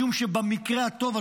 משום שבמקרה הטוב,